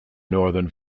northern